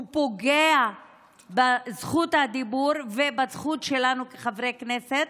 הוא פוגע בזכות הדיבור ובזכות שלנו כחברי כנסת.